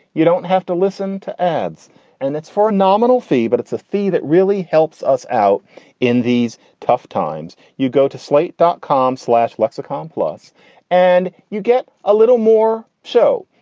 you don't have to listen to ads and that's for a nominal fee. but it's a fee that really helps us out in these tough times. you go to slate dot com slash lexicon plus and you get a little more show.